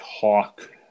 talk